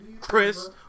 Chris